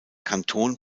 kanton